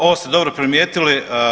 Ovo ste dobro primijetili.